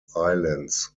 islands